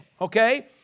okay